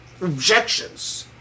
objections